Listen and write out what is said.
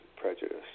prejudice